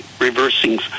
reversing